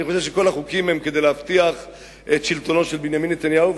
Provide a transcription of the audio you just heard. אני חושב שכל החוקים הם כדי להבטיח את שלטונו של בנימין נתניהו,